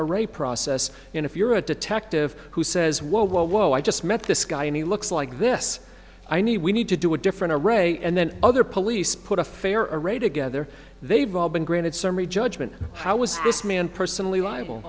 a process in if you're a detective who says whoa whoa whoa i just met this guy and he looks like this i need we need to do a different a ray and then other police put a fair rate to gather they've all been granted summary judgment how was this man personally liable